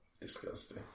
disgusting